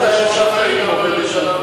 איך אתה ישבת אתם בממשלה?